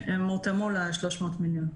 הן הותאמו ל-300 מיליון.